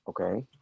okay